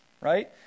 right